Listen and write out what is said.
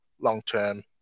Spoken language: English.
long-term